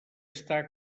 està